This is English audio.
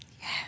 Yes